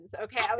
Okay